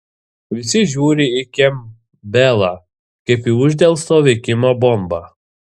visi žiūri į kempbelą kaip į uždelsto veikimo bombą